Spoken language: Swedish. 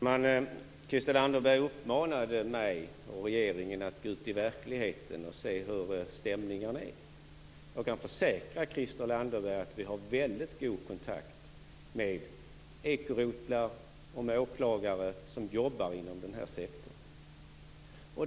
Herr talman! Christel Anderberg uppmanade mig och regeringen att gå ut i verkligheten och se hur stämningen är. Jag kan försäkra Christel Anderberg att vi har väldigt god kontakt med ekorotlar och med åklagare som jobbar inom den här sektorn.